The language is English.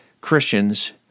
Christians